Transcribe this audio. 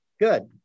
Good